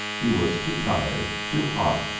he was too tired, too hot,